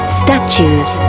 statues